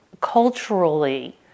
culturally